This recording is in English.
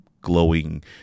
glowing